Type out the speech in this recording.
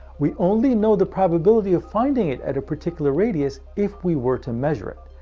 we only know the probability of finding it at a particular radius, if we were to measure it.